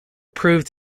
proved